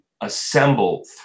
Assemble